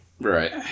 Right